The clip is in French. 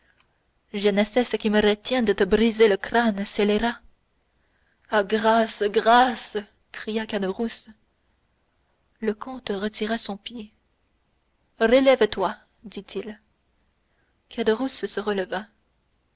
je ne sais qui me retient de te briser le crâne scélérat ah grâce grâce cria caderousse le comte retira son pied relève-toi dit-il caderousse se releva